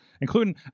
including